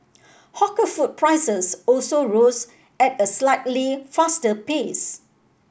hawker food prices also rose at a slightly faster pace